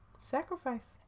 sacrifice